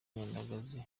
nyandagazi